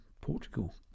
Portugal